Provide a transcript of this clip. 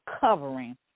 covering